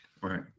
Right